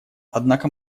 однако